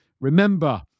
Remember